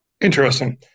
Interesting